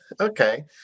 okay